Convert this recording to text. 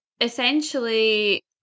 essentially